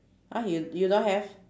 !huh! you you don't have